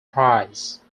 prize